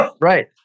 Right